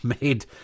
made